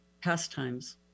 pastimes